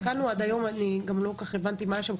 ועד היום לא כל כך הבנתי מה היה שם,